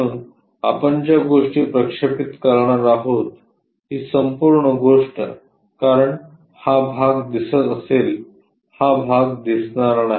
म्हणून आपण ज्या गोष्टी प्रक्षेपित करणार आहोत ही संपूर्ण गोष्ट कारण हा भाग दिसत असेल हा भाग दिसणार नाही